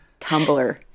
tumblr